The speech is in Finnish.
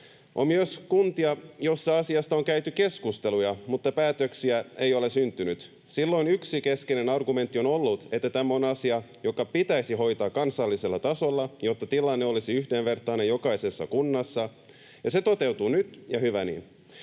On myös kuntia, joissa asiasta on käyty keskusteluja, mutta päätöksiä ei ole syntynyt. Silloin yksi keskeinen argumentti on ollut, että tämä on asia, joka pitäisi hoitaa kansallisella tasolla, jotta tilanne olisi yhdenvertainen jokaisessa kunnassa, ja se toteutuu nyt, ja hyvä niin.